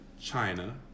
China